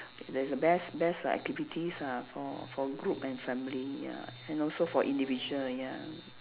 that's the best best lah activities ah for for group and family ya and also for individual ya